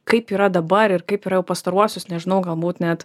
kaip yra dabar ir kaip yra jau pastaruosius nežinau galbūt net